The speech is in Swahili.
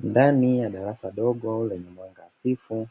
Ndani ya darasa dogo lenye mwanga hafifu,